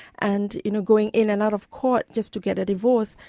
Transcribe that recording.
and, you know, going in and out of court just to get a divorce,